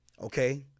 okay